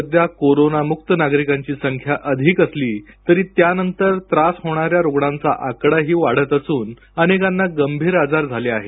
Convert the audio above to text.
सध्या कोरोनामुक्त नागरिकांची संख्या अधिक असली तरी त्यानंतर त्रास होणाऱ्या रुग्णांचा आकडाही वाढत असून अनेकांना गंभीर आजार झाले आहेत